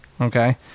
Okay